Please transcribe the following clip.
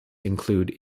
include